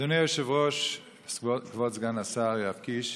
אדוני היושב-ראש, כבוד סגן השר, יואב קיש,